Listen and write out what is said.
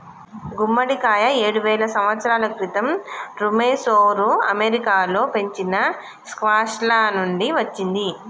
గుమ్మడికాయ ఏడువేల సంవత్సరాల క్రితం ఋమెసోఋ అమెరికాలో పెంచిన స్క్వాష్ల నుండి వచ్చింది